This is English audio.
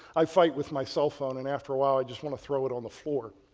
i fight with my cellphone and after awhile i just want to throw it on the floor.